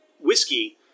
whiskey